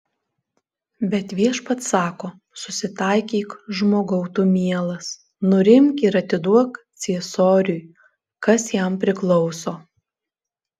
bet viešpats sako susitaikyk žmogau tu mielas nurimk ir atiduok ciesoriui kas jam priklauso